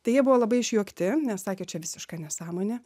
tai jie buvo labai išjuokti nes sakė čia visiška nesąmonė